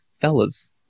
fellas